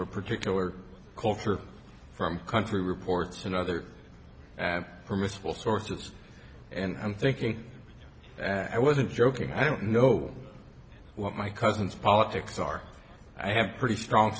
of a particular culture from country reports and other permissible sources and i'm thinking i wasn't joking i don't know what my cousins politics are i have pretty strong